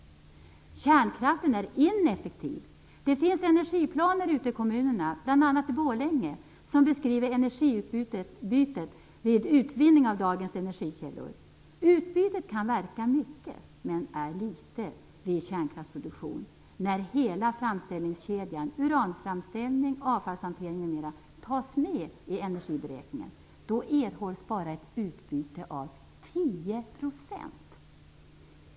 Kärnkraften är ineffektiv. Det finns energiplaner ute i kommunerna, bl.a. i Borlänge, som beskriver energiutbytet vid utvinning av dagens energikällor. Utbytet kan verka stort, men är litet, vid kärnkraftsproduktion. När hela framställningskedjan - uranframställning, avfallshantering m.m. - tas med i energiberäkningen erhålls bara ett utbyte på 10 %.